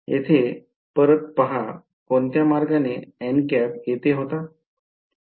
येथे परत पहा कोणत्या मार्गाने येथे होता